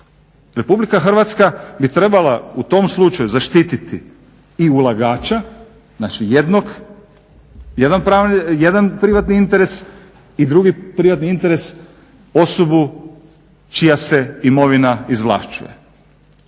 interes. RH bi trebala u tom slučaju zaštiti i ulagača znači jedan privatni interes i drugi privatni interes osobu čija se imovina izvlašćuje.